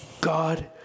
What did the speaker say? God